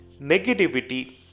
negativity